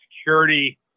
security